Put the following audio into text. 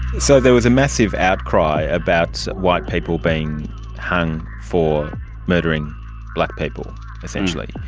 so there was a massive outcry about white people being hung for murdering black people essentially.